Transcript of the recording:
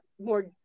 more